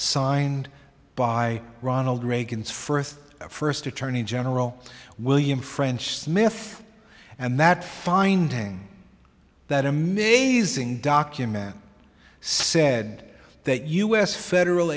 signed by ronald reagan's first first attorney general william french smith and that finding that amazing document said that u s federal